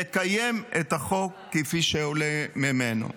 לקיים את החוק כפי שעולה ממנו.